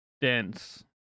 dense